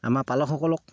আমাৰ পালকসকলক